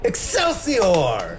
Excelsior